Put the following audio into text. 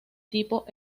tipo